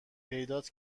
پیدات